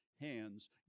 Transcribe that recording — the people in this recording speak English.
hands